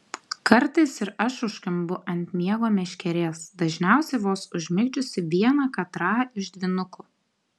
kartais ir aš užkimbu ant miego meškerės dažniausiai vos užmigdžiusi vieną katrą iš dvynukų